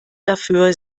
dafür